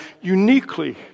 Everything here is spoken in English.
uniquely